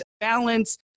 balance